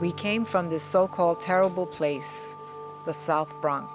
we came from this so called terrible place the south bronx